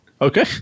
Okay